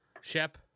Shep